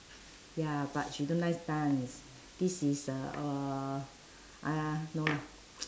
ya but she don't like dance this is a uh no lah